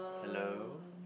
hello